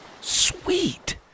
Sweet